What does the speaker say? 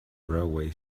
railway